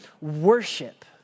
worship